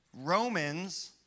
Romans